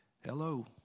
Hello